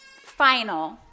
final